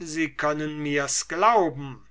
dies können sie mir glauben